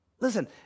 Listen